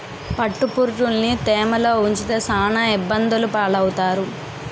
పట్టుపురుగులుని తేమలో ఉంచితే సాన ఇబ్బందులు పాలవుతారు